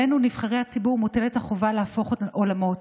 עלינו, נבחרי הציבור, מוטלת החובה להפוך עולמות,